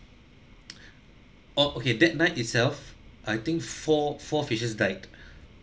orh okay that night itself I think four four fishes died